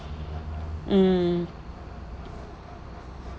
mm